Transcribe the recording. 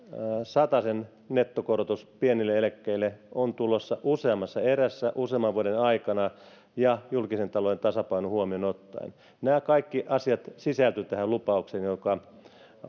satasen nettokorotus pienille eläkkeille on tulossa useammassa erässä useamman vuoden aikana ja julkisen talouden tasapaino huomioon ottaen nämä kaikki asiat sisältyvät tähän lupaukseen jonka